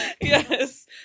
Yes